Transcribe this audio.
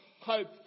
hope